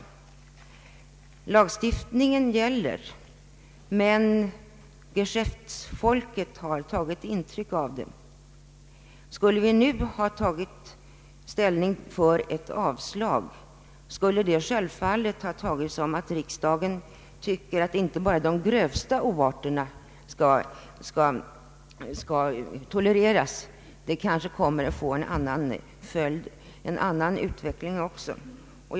Lagstiftningen gäller, men geschäftsfolket har tagit intryck därav. Skulle vi nu ta ställning för ett avslag, skulle detta självfallet uppfattas som om riksdagen tycker att inte bara de grövsta oarterna bör få tolereras utan också att vi får en annan utveckling på detta område.